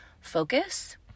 focus